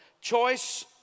Choice